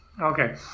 okay